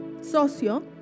socio